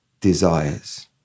desires